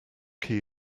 key